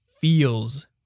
feels